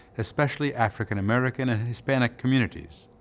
especially african american and hispanic communities.